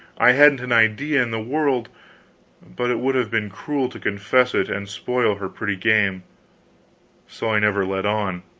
i hadn't an idea in the world but it would have been cruel to confess it and spoil her pretty game so i never let on,